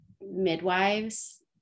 midwives